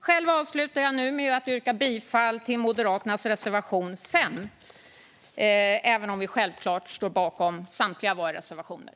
Själv avslutar jag nu med att yrka bifall till Moderaternas reservation 5, men vi står självklart bakom samtliga våra reservationer.